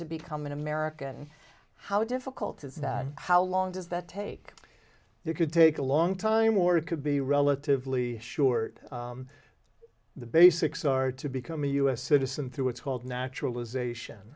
to become an american how difficult is that how long does that take you could take a long time or it could be relatively sure the basics are to become a u s citizen through what's called naturalization